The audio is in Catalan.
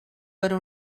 per